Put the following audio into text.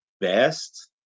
best